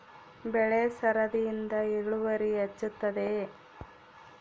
ಬೆಳೆ ಸರದಿಯಿಂದ ಇಳುವರಿ ಹೆಚ್ಚುತ್ತದೆಯೇ?